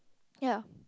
ya